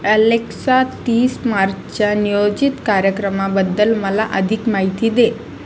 Alexa तीस मार्चच्या नियोजित कार्यक्रमाबद्दल मला अधिक माहिती दे